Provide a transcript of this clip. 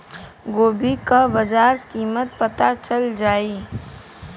गोभी का बाजार कीमत पता चल जाई?